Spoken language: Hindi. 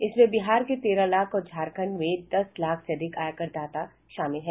इसमें बिहार के तेरह लाख और झारखंड में दस लाख से अधिक आयकरदाता शामिल हैं